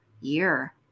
year